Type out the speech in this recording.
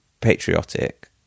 patriotic